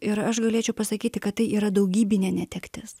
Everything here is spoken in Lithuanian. ir aš galėčiau pasakyti kad tai yra daugybinė netektis